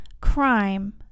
crime